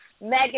Megan